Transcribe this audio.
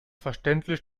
verständlich